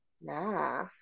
Nah